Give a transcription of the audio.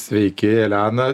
sveiki elena